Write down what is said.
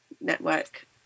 network